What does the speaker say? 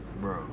Bro